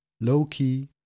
low-key